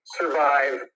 survive